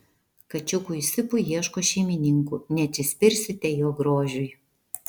kačiukui sipui ieško šeimininkų neatsispirsite jo grožiui